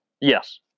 Yes